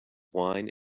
wine